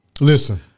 Listen